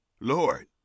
lord